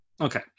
Okay